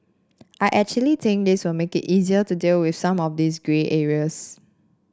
I actually think this will make it easier to deal with some of these grey areas